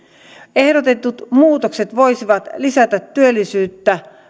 ehdotetut muutokset voisivat lisätä työllisyyttä